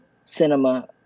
cinema